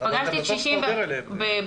פגשתי קשישים בבריכות,